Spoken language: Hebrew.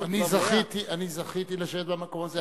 אני זכיתי לשבת במקום הזה,